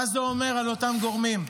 מה זה אומר על אותם גורמים?